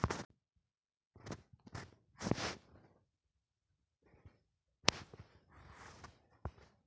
फसल म कीड़ा लगे के का का कारण ह हो सकथे?